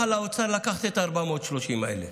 משרד האוצר יכול היה לקחת את 430 מיליון השקלים האלה,